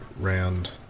round